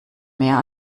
mehr